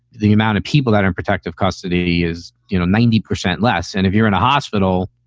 the amount of people that are in protective custody is you know ninety percent less. and if you're in a hospital,